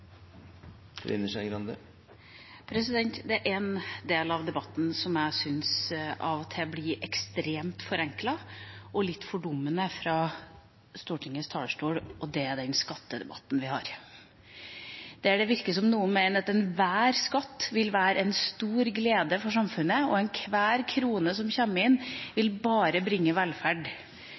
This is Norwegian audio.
del av debatten jeg syns av og til blir ekstremt forenklet og litt fordummende fra Stortingets talerstol. Det er den skattedebatten vi har, der det virker som om noen mener at enhver skatt vil være en stor glede for samfunnet, og enhver krone som kommer inn, bare vil bringe velferd,